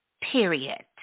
Period